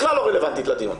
בכלל לא רלוונטית לדיון,